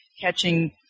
catching –